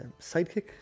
sidekick